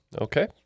Okay